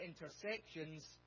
intersections